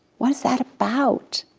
what is that about?